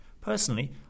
Personally